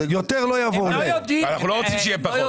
אנחנו לא רוצים שיהיה פחות,